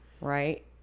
right